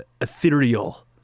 ethereal